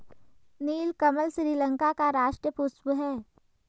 नीलकमल श्रीलंका का राष्ट्रीय पुष्प है